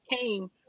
came